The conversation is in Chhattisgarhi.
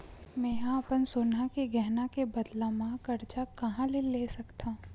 मेंहा अपन सोनहा के गहना के बदला मा कर्जा कहाँ ले सकथव?